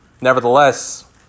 Nevertheless